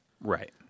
Right